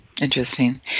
Interesting